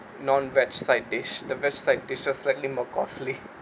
non-veg side dish the veg side dish slightly more costly